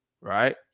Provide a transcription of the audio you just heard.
Right